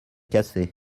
cassé